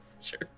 Sure